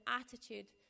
attitude